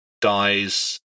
dies